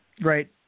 Right